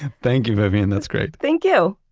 thank you, vivian. that's great. thank you